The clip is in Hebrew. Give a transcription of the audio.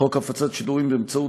חוק הפצת שידורים באמצעות